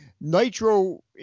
nitro